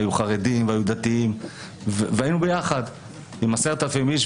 היו חרדים והיו דתיים והיינו יחד 10,000 איש,